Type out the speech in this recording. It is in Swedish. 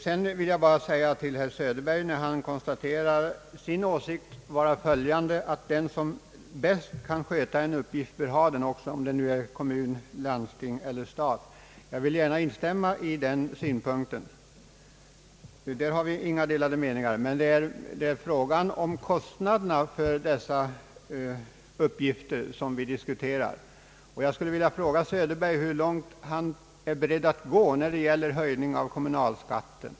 Jag vill gärna instämma i herr Söderbergs åsikt att den som bäst kan sköta en uppgift också bör ha den, vare sig det nu är kommunen, landstinget eller staten. Där har vi inga delade meningar. Men det är frågan om kostna derna för dessa uppgifter som vi diskuterar. Jag skulle vilja fråga herr Söderberg hur långt han är beredd att gå när det gäller höjning av kommunalskatten.